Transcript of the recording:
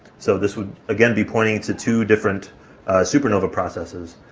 so this would again be pointing to two different supernova processes,